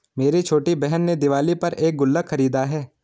मेरी छोटी बहन ने दिवाली पर एक गुल्लक खरीदा है